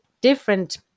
different